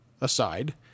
aside